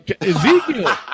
ezekiel